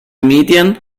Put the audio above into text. medien